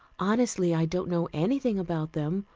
honestly, i don't know anything about them,